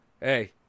hey